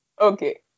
Okay